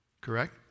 correct